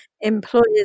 employers